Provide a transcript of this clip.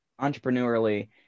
Entrepreneurially